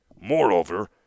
Moreover